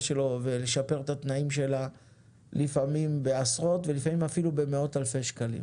שלו ולשפר את התנאים שלה לפעמים בעשרות ולפעמים אפילו במאות אלפי שקלים,